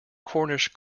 cornish